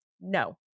no